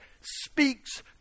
speaks